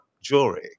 jewelry